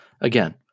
Again